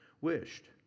wished